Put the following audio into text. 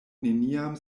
neniam